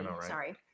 sorry